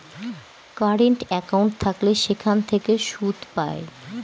current account থাকলে সেখান থেকে সুদ পায়